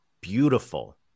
Beautiful